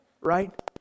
Right